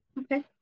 Okay